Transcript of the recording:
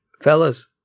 Fellas